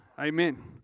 Amen